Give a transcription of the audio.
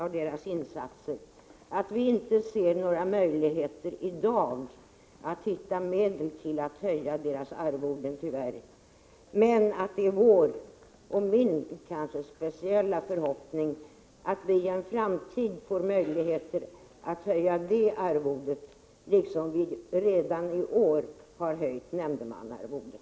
Vi kan i dag tyvärr inte se några möjligheter att hitta medel till att höja deras arvoden, men det är vår, och kanske speciellt min förhoppning att vi i en framtid får möjlighet att höja dessa arvoden liksom vi redan i år har höjt nämndemannaarvodena.